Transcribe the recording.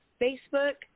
Facebook